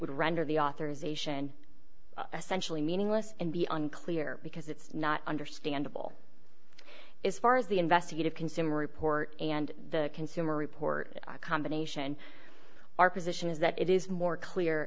would render the authorization essential meaningless and be unclear because it's not understandable as far as the investigative consumer report and the consumer report combination our position is that it is more clear